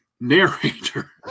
narrator